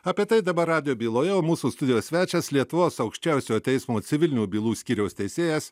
apie tai dabar radijo byloje o mūsų studijos svečias lietuvos aukščiausiojo teismo civilinių bylų skyriaus teisėjas